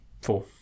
Four